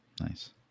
Nice